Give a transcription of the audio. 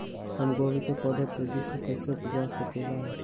हम गोभी के पौधा तेजी से कैसे उपजा सकली ह?